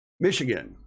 Michigan